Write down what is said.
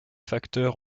facteurs